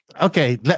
Okay